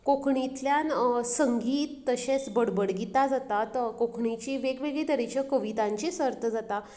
कोंकणींतल्यान संगीत तशेंच बडबडगितां जातात कोंकणीचीं वेगवेगळीं तरेच्यो कवितांची सर्त जाता